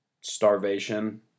starvation